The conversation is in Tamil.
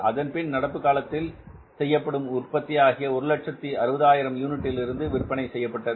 அதன்பின் நடப்பு காலத்தில் செய்யப்படும் உற்பத்தி ஆகிய 160000 யூனிட்டில் இருந்து விற்பனை செய்யப்பட்டது